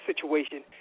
situation